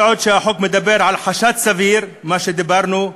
מה עוד שהחוק מדבר על חשד סביר, כמו שדיברנו,